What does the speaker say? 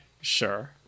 sure